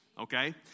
Okay